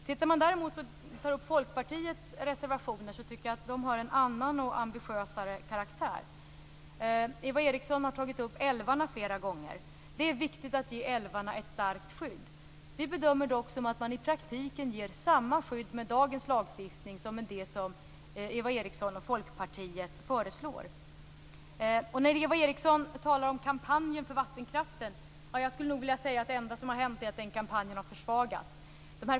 Tittar man däremot på Folkpartiets reservationer tycker jag att de har en annan och ambitiösare karaktär. Eva Eriksson har tagit upp älvarna flera gånger. Det är viktigt att ge älvarna ett starkt skydd. Vi bedömer det dock som att man i praktiken ger samma skydd med dagens lagstiftning som med det som Eva Eva Eriksson talar också om kampanjen för vattenkraften. Jag skulle nog vilja säga att det enda som har hänt är att den kampanjen har försvagats.